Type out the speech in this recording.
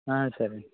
సరే అండి